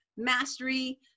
Mastery